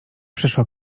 przeszła